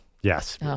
Yes